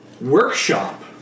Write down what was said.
Workshop